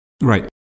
Right